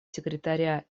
секретаря